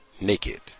naked